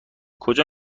کجا